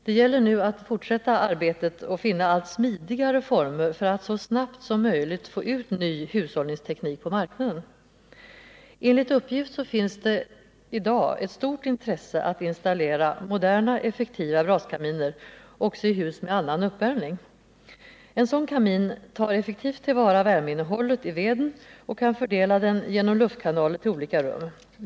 Det gäller nu att fortsätta arbetet att finna allt smidigare former för att så snabbt som möjligt få ut ny hushållningsteknik på marknaden. Enligt uppgift finns det ett stort intresse att installera moderna, effektiva braskaminer också i hus med annan uppvärmning. En sådan kamin tar effektivt till vara värmeinnehållet i veden och kan fördela den genom luftkanaler till olika rum.